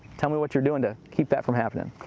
tell me what you're doing to keep that from happening?